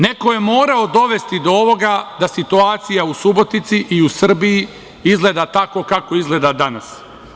Neko je morao dovesti do ovoga da situacija u Subotici i u Srbiji izgleda tako kako izgleda danas.